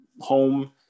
home